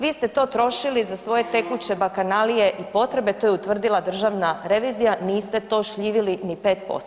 Vi ste to trošili za svoje tekuće bakanalije i potrebe, to je utvrdila Državna revizija, niste to šljivili ni 5%